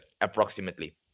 Approximately